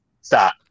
Stop